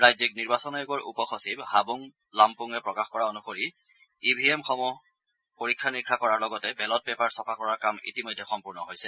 ৰাজ্যিক নিৰ্বাচন আয়োগৰ উপ সচিব হাবুং লামপুঙে প্ৰকাশ কৰা অনুসৰি ই ভি এমসমূহ পৰীক্ষা নিৰীক্ষা কৰাৰ লগতে বেলট পেপাৰ ছুপা কৰাৰ কাম ইতিমধ্যে সম্পূৰ্ণ হৈছে